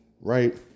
right